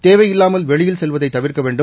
தேவையில்லாமல் வெளியில் செல்வதை தவிர்க்க வேண்டும்